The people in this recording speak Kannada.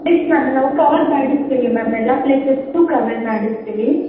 ಎಸ್ ಮ್ಯಾಮ್ ನಾವು ಕವರ್ ಮಾಡಿಸ್ತೀವಿ ಮ್ಯಾಮ್ ಎಲ್ಲ ಪ್ಲೇಸಸನ್ನು ಕವರ್ ಮಾಡಿಸ್ತೀವಿ